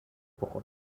بخوره